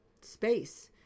space